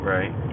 Right